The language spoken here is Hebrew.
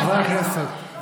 חברי הכנסת,